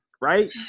right